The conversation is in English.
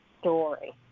story